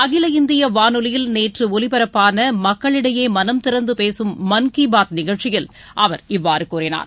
அகில இந்திய வானொலியில் நேற்று ஒலிபரப்பான மக்களிடையே மனந்திறந்து பேசும் மன் கி பாத் நிகழ்ச்சியில் அவர் இவ்வாறு கூறினார்